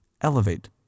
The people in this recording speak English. elevate